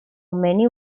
many